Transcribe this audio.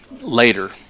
Later